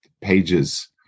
pages